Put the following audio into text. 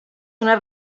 una